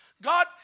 God